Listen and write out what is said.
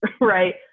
right